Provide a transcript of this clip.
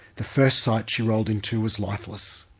the first site she rolled into was lifeless.